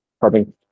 carbon